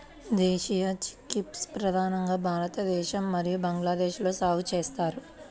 దేశీయ చిక్పీస్ ప్రధానంగా భారతదేశం మరియు బంగ్లాదేశ్లో సాగు చేస్తారు